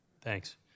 Thanks